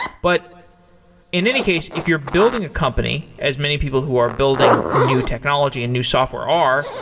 but in any case, if you're building a company as many people who are building new technology and new software are,